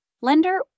lender